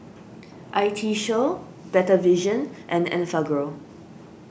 I T Show Better Vision and Enfagrow